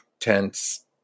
tense